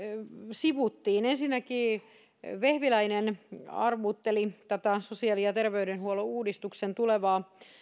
sivuttiin ensinnäkin vehviläinen arvuutteli tätä sosiaali ja terveydenhuollon uudistuksen tulevaa